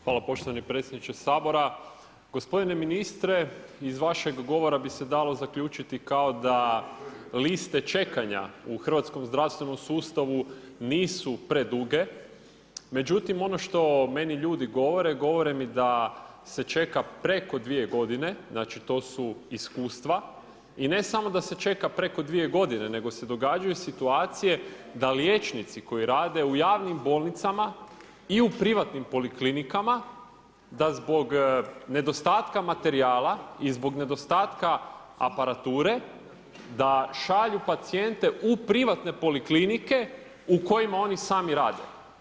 Hvala poštovani predsjedniče Sabora, gospodine ministre iz vašega govora bi se dalo zaključiti kao da liste čekanja u Hrvatskom zdravstvenom sustavu nisu preduge, međutim ono što meni ljudi govore, govore mi da se čeka preko dvije godine, znači to su iskustva i ne samo da se čeka preko dvije godine, nego se događaju situacije da liječnici koji rade u javnim bolnicama i u privatnim poliklinikama da zbog nedostatka materijala i zbog nedostatka aparature da šalju pacijente u privatne poliklinike u kojima oni sami rade.